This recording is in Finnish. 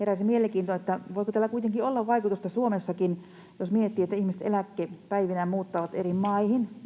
heräsi mielenkiinto, voiko tällä kuitenkin olla vaikutusta Suomessakin, jos miettii, että ihmiset eläkepäivinään muuttavat eri maihin,